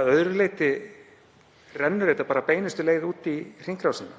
að öðru leyti rennur þetta bara beinustu leið út í hringrásina.